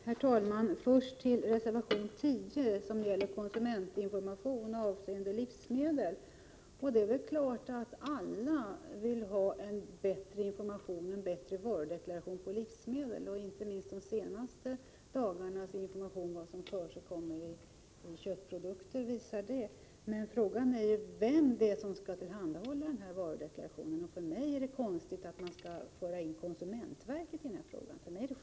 Herr talman! Först till reservation 10 som handlar om konsumentinforma 20 maj 1988 tion avseende livsmedel. Det är självklart att alla vill ha en bättre varudeklaration på livsmedel. Det visar inte minst de senaste dagarnas uppgifter om vad som förekommer i köttprodukter. Frågan är vilken myndighet som skall tillhandhålla denna varudeklaration. För mig förefaller det konstigt att man skall föra in konsumentverket i detta sammanhang.